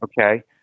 Okay